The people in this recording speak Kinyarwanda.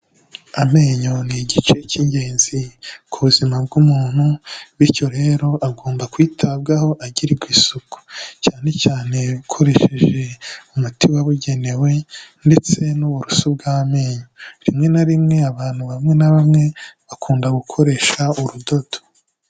Amenyo ni igice cy'ingenzi ku buzima bw'umuntu bityo rero agomba kwitabwaho agirirwa isuku cyane cyane ukoresheje umuti wabugenewe ndetse n'uburuso bw'amenyo, rimwe na rimwe abantu bamwe na bamwe bakunda gukoresha urudodo.